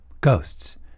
ghosts